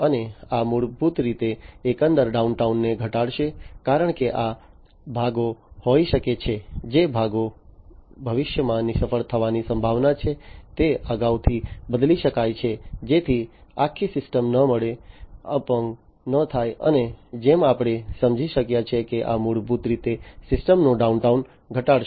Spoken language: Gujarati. અને આ મૂળભૂત રીતે એકંદર ડાઉનટાઇમને ઘટાડશે કારણ કે આ ભાગો હોઈ શકે છે જે ભાગો ભવિષ્યમાં નિષ્ફળ થવાની સંભાવના છે તે અગાઉથી બદલી શકાય છે જેથી આખી સિસ્ટમ ન મળે અપંગ ન થાય અને જેમ આપણે સમજી શકાય છે કે આ મૂળભૂત રીતે સિસ્ટમનો ડાઉનટાઇમ ઘટાડશે